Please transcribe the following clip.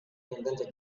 invented